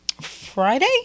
friday